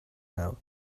now